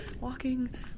Walking